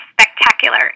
spectacular